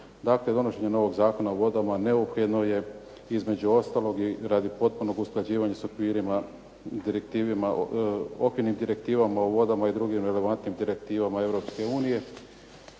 Dakle, donošenjem ovog Zakona o vodama neophodno je između ostalog i radi potpunog usklađivanja sa okvirnim direktivama o vodama i drugim relevantnim direktivama